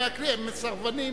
הם סרבנים,